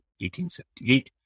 1878